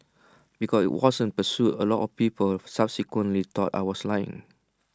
because IT wasn't pursued A lot of people subsequently thought I was lying